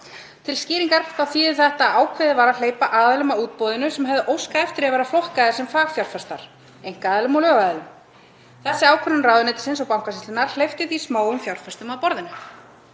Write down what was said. Til skýringar þá þýðir þetta að ákveðið var að hleypa aðilum að útboðinu sem höfðu óskað eftir að vera flokkaðir sem fagfjárfestar, einkaaðilum og lögaðilum. Þessi ákvörðun ráðuneytisins og Bankasýslunnar hleypti því smáum fjárfestum að borðinu.